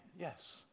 yes